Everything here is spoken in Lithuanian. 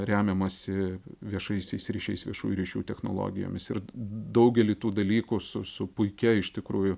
remiamasi viešaisiais ryšiais viešųjų ryšių technologijomis ir daugelį tų dalykų su su puikia iš tikrųjų